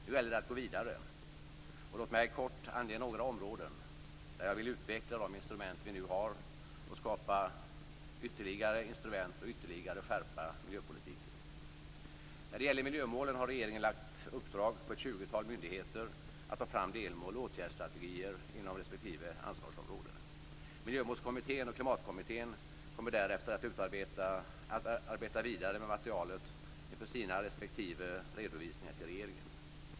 Nu gäller det att gå vidare, och låt mig kort ange några områden där jag vill utveckla de instrument som vi har skapat och ytterligare skärpa miljöpolitiken. När det gäller miljömålen har regeringen lagt ut uppdrag på ett tjugotal myndigheter att ta fram delmål och åtgärdsstrategier inom respektive ansvarsområde. Miljömålskommittén och Klimatkommittén kommer därefter att arbeta vidare med materialet inför sina respektive redovisningar till regeringen.